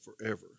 forever